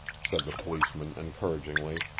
said the policeman encouragingly.